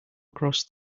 across